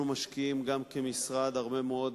אנחנו משקיעים גם כמשרד הרבה מאוד,